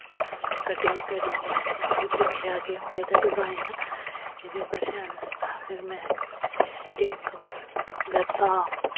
cutting करियै फिर दिक्खेआ कि हून एह्दा डिजाइन एह्दे उप्पर शैल लगदा फिर में इक लैत्ता